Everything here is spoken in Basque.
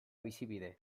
bizibide